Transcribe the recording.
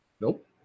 Nope